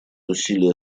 усилия